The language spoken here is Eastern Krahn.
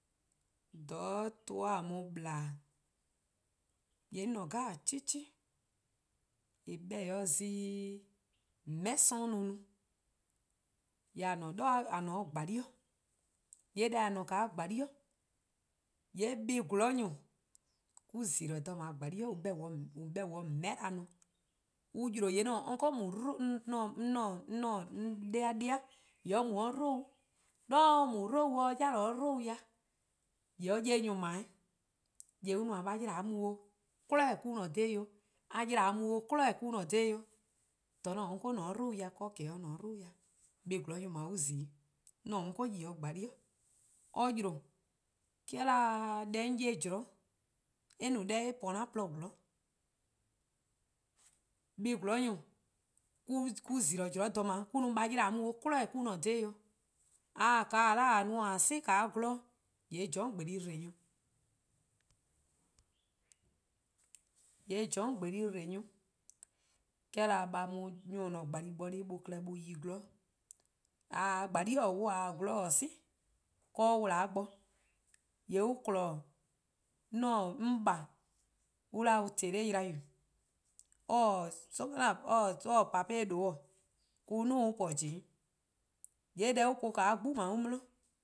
:Dha tuh 'ye de :ple-dih:, :yee' 'on 'cheh 'cheh :eh 'beh-dih :eh 'ye-a zon+ :meheh' 'sorn 'i no. :yee' :a :ne 'de :gbalie: 'i. :yee' deh :a :ne-a 'fe :gbalie: 'i, :yee' buh+ 'zorn-nyor:, mor-: :zi-dih: 'o :gbalie: 'i :dao' :on 'beh-dih: :on 'ye :meheh'na :ne, on 'yi-a 'de: :yee' 'on 'de-a 'de-di mu 'dlou:-'. 'de nae' or mu-a 'dlou' or ya-a 'de 'dlou' ya, :yee' or 'ye nyor :dao' 'weh, :yee' an no a 'yle :a 'ye mu 'o, 'kwi'nehbo:-nyor+ mo-: :ne :daa 'o, 'kwi'nehbo:-nyor+ :mo-: :ne :daa 'o, :ka 'an-a' uncle :ne-a 'de 'dlou ya :ka or :ne 'de 'dlou ya, buh+ 'zorn-nyor:+ :dalo' on zi-'. 'An uncle yi 'o :gbalie: 'i, or yi-a 'de, 'de or 'daa' deh 'on 'ye-a zean' eh no deh eh po 'an-a' :porluh 'zorn, buh+ 'zorn-nyor:+: mo-: :zi-dih: dha :daa zean' :an no a 'yle:a 'ye mu 'kwi'nehbo:-nyor+ mo-: :ne :daa :dah 'da 'o, :yenh :a no-a 'o :a 'si-a :gwloror'-dih, :yee' :jororn' :gbeli' dbo nyor+, :yee' :jororn' :gbeli dbo nyor+, or 'de a mnyor+-a klehkpeh :on :ne-a :gbale:+ bo-dih on 'yi :gwloror'. :a :taa 'de :gbalie: 'i 'wluh :a :taa :gwloror'-dih 'si, 'de wlaa' bo, :yee' on kpon 'on :baa' an 'da-dih-or :teleylayu:, or-: :pape' :due' mo-: on 'duo:-' on po jee', :yee' deh on po-a 'de 'gbu :dao' 'di,